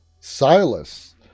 Silas